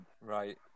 Right